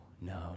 no